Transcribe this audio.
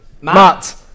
Matt